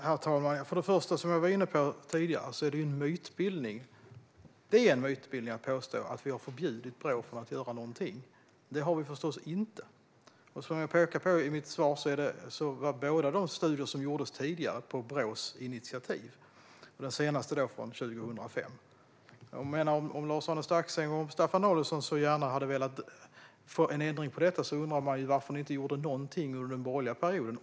Herr talman! Det en mytbildning att påstå att vi har förbjudit Brå att göra någonting, som jag var inne på tidigare. Det har vi förstås inte. Som jag sa i mitt svar gjordes de två tidigare studierna på Brås initiativ, och den senaste är från 2005. Om Lars-Arne Staxäng och Staffan Danielsson gärna hade velat få en ändring på detta undrar man varför ni inte gjorde någonting under den borgerliga perioden.